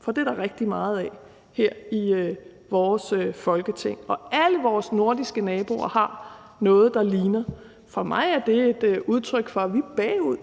for det er der rigtig meget af her i vores Folketing. Alle vores nordiske naboer har noget, der ligner. For mig er det et udtryk for, at vi er bagud